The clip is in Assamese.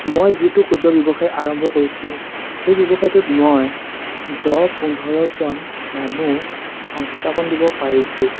মই যিটো ক্ষুদ্ৰ ব্যৱসায় আৰম্ভ কৰিছোঁ সেই ব্যৱসায়টোত মই দহ পোন্ধৰজন মানুহ সংস্থাপন দিব পাৰিছোঁ